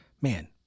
man